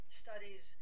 studies